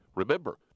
Remember